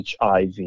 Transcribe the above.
HIV